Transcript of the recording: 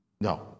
No